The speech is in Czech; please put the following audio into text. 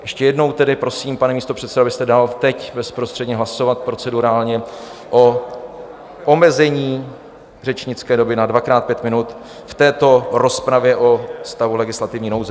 Ještě jednou tedy prosím, pane místopředsedo, abyste dal teď bezprostředně hlasovat procedurálně o omezení řečnické doby na dvakrát pět minut v této rozpravě o stavu legislativní nouze.